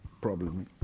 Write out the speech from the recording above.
problem